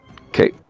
Okay